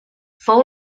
fou